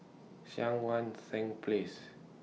Cheang Wan Seng Place